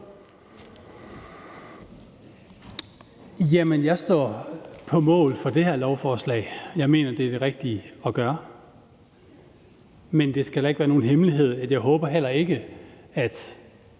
Jamen jeg står på mål for det her lovforslag. Jeg mener, det er det rigtige at gøre. Men det skal da ikke være nogen hemmelighed, at jeg ikke håber, at